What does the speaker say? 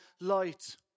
light